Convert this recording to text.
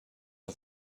are